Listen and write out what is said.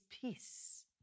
peace